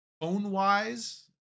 Phone-wise